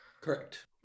Correct